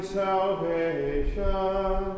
salvation